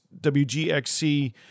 WGXC –